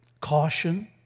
caution